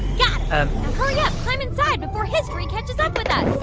yeah ah climb inside before history catches up with us.